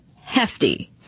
hefty